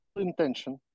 intention